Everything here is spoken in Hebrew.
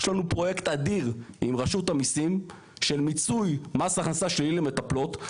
יש לנו פרויקט אדיר עם רשות המיסים של מיצוי מס הכנסה שלילי למטפלות.